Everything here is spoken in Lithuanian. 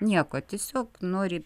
nieko tiesiog nori